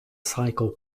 cycle